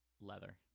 Leather